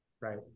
Right